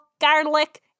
garlic